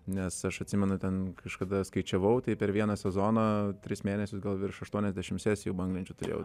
nes aš atsimenu ten kažkada skaičiavau tai per vieną sezoną tris mėnesius gal virš aštuoniasdešimt sesijų banglenčių turėjau